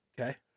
Okay